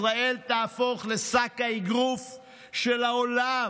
ישראל תהפוך לשק האגרוף של העולם.